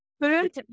food